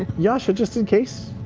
yasha, just in case?